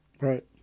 Right